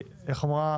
חוה אמרה